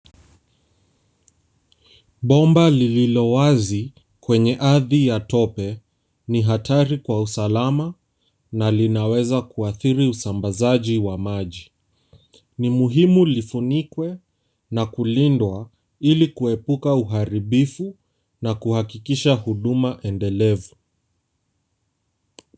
Bomba lililo wazi kwenye arthi ya tope, ni hatari kwa usalama na linaweza kuathiri usambazaji wa maji. Ni muhimu lifunikwe na kulindwa, ili kuzuia uharibifu na kuhakikisha huduma endelevu.